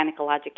gynecologic